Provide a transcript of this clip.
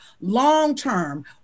long-term